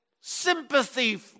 sympathy